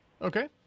Okay